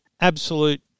absolute